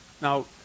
Now